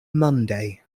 monday